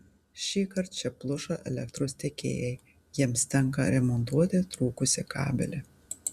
šįkart čia pluša elektros tiekėjai jiems tenka remontuoti trūkusį kabelį